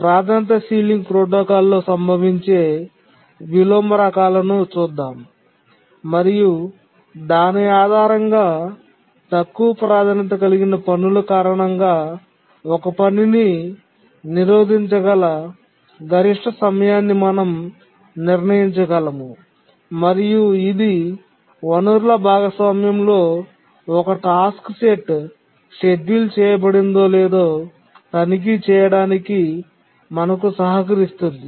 ప్రాధాన్యత సీలింగ్ ప్రోటోకాల్లో సంభవించే విలోమ రకాలను చూద్దాం మరియు దాని ఆధారంగా తక్కువ ప్రాధాన్యత కలిగిన పనుల కారణంగా ఒక పనిని నిరోధించగల గరిష్ట సమయాన్ని మనం నిర్ణయించగలము మరియు ఇది వనరుల భాగస్వామ్యంలో ఒక టాస్క్ సెట్ షెడ్యూల్ చేయబడిందో లేదో తనిఖీ చేయడానికి మనకు సహకరిస్తుంది